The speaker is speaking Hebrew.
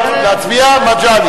להצביע, מגלי?